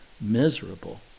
miserable